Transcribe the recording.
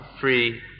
free